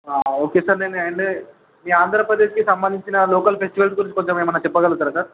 ఆ okay sir నేను ఏమంటే మీ ఆంధ్రప్రదేశ్కి సంబంధించిన లోకల్ ఫెస్టివల్ గురించి కొంచెం ఏమైనా చెప్పగలుగుతారా సార్